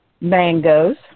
mangoes